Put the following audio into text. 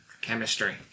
chemistry